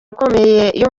akomeye